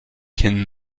can